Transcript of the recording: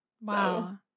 Wow